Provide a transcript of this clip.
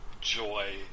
joy